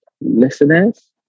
listeners